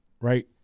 right